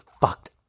fucked